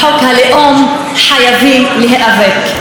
בחוק הלאום חייבים להיאבק.